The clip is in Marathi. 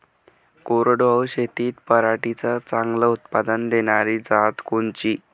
कोरडवाहू शेतीत पराटीचं चांगलं उत्पादन देनारी जात कोनची?